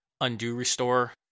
undo-restore